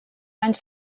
anys